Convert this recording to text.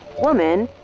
woman,